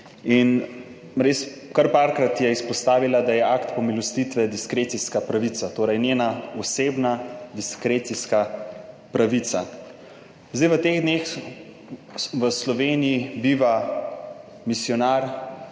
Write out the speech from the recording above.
in res, kar parkrat je izpostavila, da je akt pomilostitve diskrecijska pravica, torej njena osebna diskrecijska pravica. Zdaj v teh dneh v Sloveniji biva misijonar,